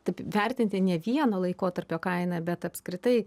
taip vertinti ne vieno laikotarpio kainą bet apskritai